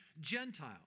Gentile